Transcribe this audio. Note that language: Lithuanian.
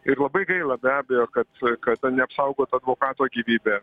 ir labai gaila be abejo kad kad neapsaugota advokato gyvybė